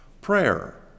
Prayer